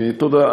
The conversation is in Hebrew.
תודה.